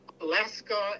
Alaska